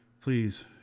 please